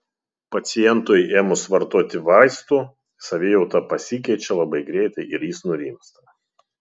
pacientui ėmus vartoti vaistų savijauta pasikeičia labai greitai ir jis nurimsta